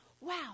wow